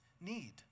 need